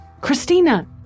Christina